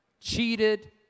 cheated